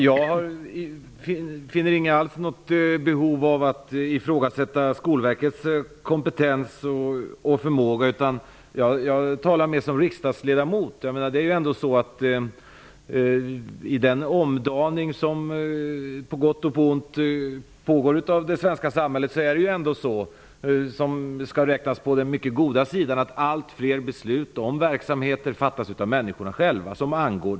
Herr talman! Jag har inte något behov av att ifrågasätta Skolverkets kompetens och förmåga. Jag talar mest i min egenskap av riksdagsledamot. I den omdaning på gott och ont som pågår i det svenska samhället skall till den goda sidan räknas att allt fler beslut om verksamheter fattas av de människor som besluten angår.